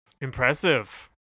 impressive